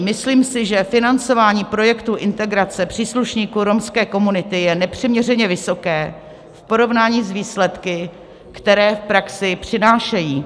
Myslím si, že financování projektů integrace příslušníků romské komunity je nepřiměřené vysoké v porovnání s výsledky, které v praxi přinášejí.